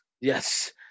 Yes